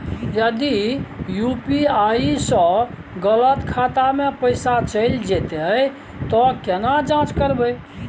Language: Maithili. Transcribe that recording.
यदि यु.पी.आई स गलत खाता मे पैसा चैल जेतै त केना जाँच करबे?